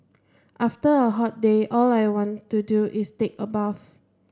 after a hot day all I want to do is take a bath